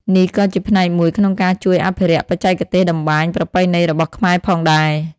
នេះក៏ជាផ្នែកមួយក្នុងការជួយអភិរក្សបច្ចេកទេសតម្បាញប្រពៃណីរបស់ខ្មែរផងដែរ ។